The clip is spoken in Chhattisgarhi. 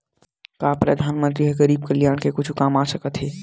का परधानमंतरी गरीब कल्याण के कुछु काम आ सकत हे